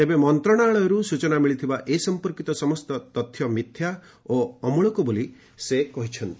ତେବେ ମନ୍ତ୍ରଣାଳୟରୁ ସୂଚନା ମିଳିଥିବା ଏ ସମ୍ପର୍କୀତ ସମସ୍ତ ତଥ୍ୟ ମିଥ୍ୟା ଏବଂ ଅମୂଳକ ବୋଲି ସେ କହିଛନ୍ତି